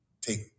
take